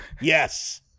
Yes